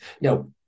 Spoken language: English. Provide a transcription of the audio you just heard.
Now